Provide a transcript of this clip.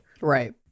right